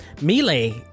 melee